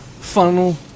funnel